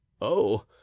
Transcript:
Oh